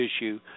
issue